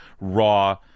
raw